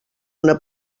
una